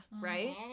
right